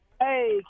Hey